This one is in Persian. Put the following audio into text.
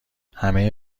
همه